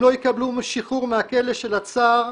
הם לא יקבלו שחרור מהכלא של הצער,